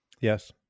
Yes